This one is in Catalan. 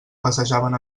passejaven